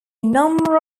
number